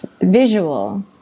visual